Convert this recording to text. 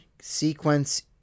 sequence